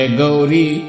Gauri